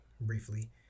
briefly